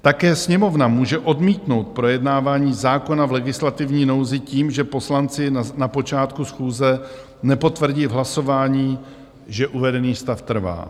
Také Sněmovna může odmítnout projednávání zákona v legislativní nouzi tím, že poslanci na počátku schůze nepotvrdí v hlasování, že uvedený stav trvá.